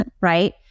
right